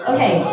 Okay